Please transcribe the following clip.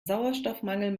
sauerstoffmangel